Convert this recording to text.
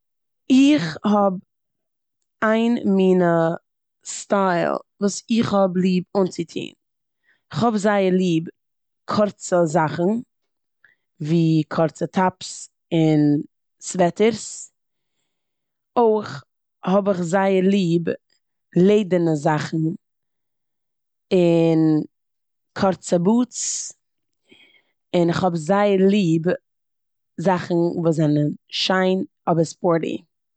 איך האב איין מינע סטייל וואס איך האב ליב אנצוטון. כ'האב זייער ליב קורצע זאכן ווי קורצע טאפס און סוועטערס. אויך האב איך זייער ליב לעדערנע זאכן און קורצע בוטס און כ'האב זייער ליב זאכן וואס זענען שיין אבער ספארטי.